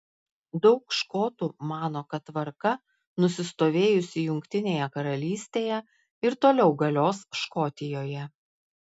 daug škotų mano kad tvarka nusistovėjusi jungtinėje karalystėje ir toliau galios škotijoje